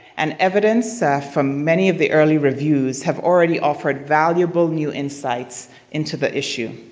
and evidence from many of the early reviews have already offered valuable new insights into the issue.